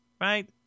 right